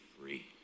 free